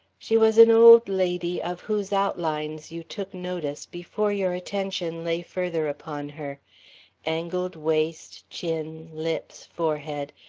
she was an old lady of whose outlines you took notice before your attention lay further upon her angled waist, chin, lips, forehead,